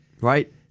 Right